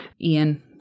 Ian